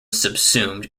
subsumed